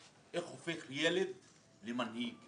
איך הופך ילד למנהיג,